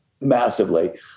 massively